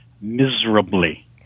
miserably